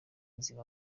nzira